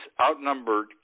outnumbered